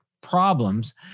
problems